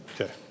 Okay